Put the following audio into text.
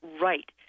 right